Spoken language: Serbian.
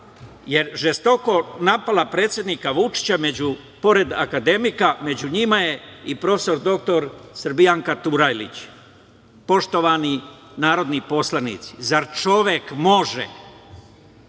je žestoko napala predsednika Vučića. Pored akademika, među njima je i prof. dr Srbijanka Turajlić. Poštovani narodni poslanici, zar čovek može